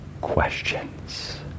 questions